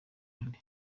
intare